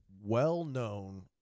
well-known